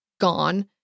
gone